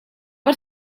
ver